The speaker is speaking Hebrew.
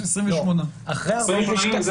28. 28 ימים,